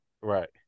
right